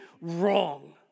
wrong